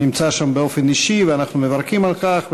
נמצא שם באופן אישי, ואנחנו מברכים על כך.